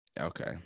Okay